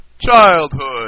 childhood